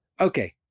Okay